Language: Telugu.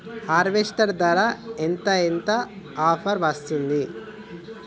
హార్వెస్టర్ ధర ఎంత ఎంత ఆఫర్ వస్తుంది?